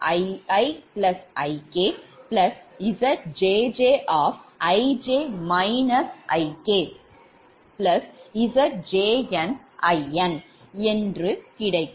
ZjnIn என்று கிடைக்கும்